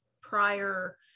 prior